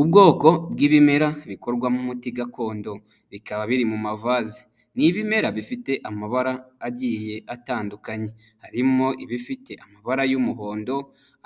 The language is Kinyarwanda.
Ubwoko bw'ibimera bikorwamo umuti gakondo, bikaba biri mu mavase, ni ibimera bifite amabara agiye atandukanye, harimo ibifite amabara y'umuhondo,